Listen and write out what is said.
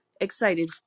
excited